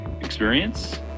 Experience